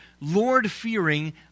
Lord-fearing